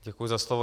Děkuji za slovo.